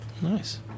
Nice